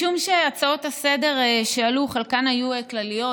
משום שההצעות לסדר-היום שעלו חלקן היו כלליות,